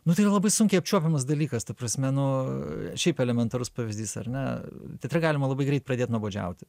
na tai yra labai sunkiai apčiuopiamas dalykas ta prasme nu šiaip elementarus pavyzdys ar ne teatre galima labai greit pradėt nuobodžiauti